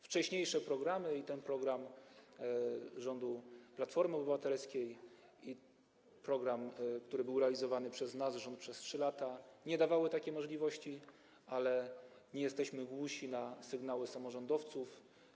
Wcześniejsze programy i ten program rządu Platformy Obywatelskiej, i program, który był realizowany przez nasz rząd przez 3 lata, nie dawały takiej możliwości, ale nie jesteśmy głusi na sygnały samorządowców.